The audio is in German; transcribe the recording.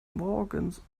morgens